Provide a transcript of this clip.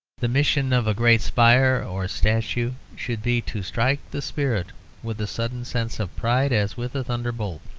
the mission of a great spire or statue should be to strike the spirit with a sudden sense of pride as with a thunderbolt.